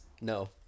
No